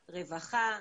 רווחה,